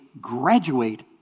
graduate